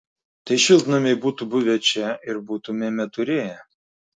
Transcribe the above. tai šiltnamiai būtų buvę čia ir būtumėme turėję